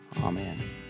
Amen